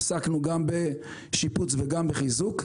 עסקנו גם בשיפוץ וגם בחיזוק,